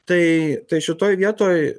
tai tai šitoj vietoj